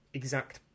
exact